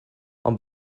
ond